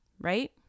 right